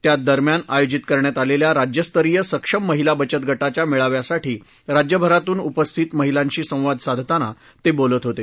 त्या दरम्यान आयोजित करण्यात आलेल्या राज्यस्तरीय सक्षम महिला बचत गाविया मेळाव्यासाठी राज्यभरातून उपस्थित महिलांशी संवाद साधताना ते बोलत होते